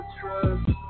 trust